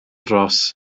ros